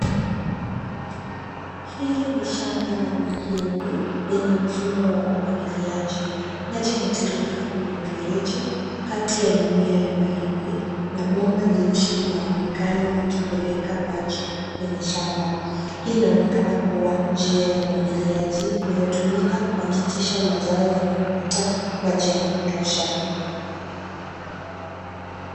Hili ni shamba la mahindi, lenye mfumo wa umwagiliaji. Maji yanatiririka kwenye mfereji, kati ya mimea ya mahindi, na bomba jeusi linaonekana likipeleka maji kwenye shamba. Hii inaonekana kuwa njia ya umwagiliaji, inayotumika kuhakikisha mazao yanapata maji ya kutosha.